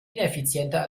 ineffizienter